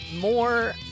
more